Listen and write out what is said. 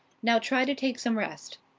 now try to take some rest.